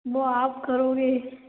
वह आप करोगे